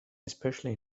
especially